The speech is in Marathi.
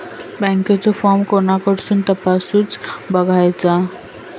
बँकेचो फार्म कोणाकडसून तपासूच बगायचा?